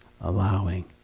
allowing